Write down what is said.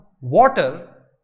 water